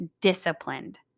disciplined